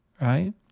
right